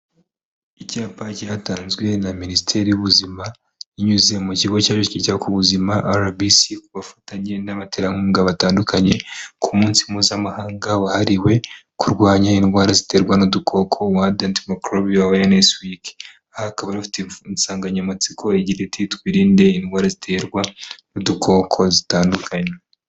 Icyapa cyatanzwe na minisiteri y'ubuzima inyuze mu kigo cyita ku buzima RBC ku bufatanye n'abaterankunga batandukanye ku munsi mpuzamahanga wahariwe kurwanya indwara ziterwa n'udukoko WORLD ANTIMICROBIAL AWARENESS WEEK bakaba bari bafite insanganyamatsiko igira iti “twirinde indwara ziterwa n'udukoko zitandukanye”.